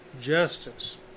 justice